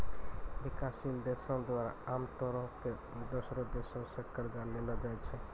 विकासशील देशो द्वारा आमतौरो पे दोसरो देशो से कर्जा लेलो जाय छै